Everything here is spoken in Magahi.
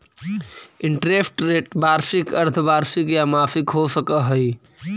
इंटरेस्ट रेट वार्षिक, अर्द्धवार्षिक या मासिक हो सकऽ हई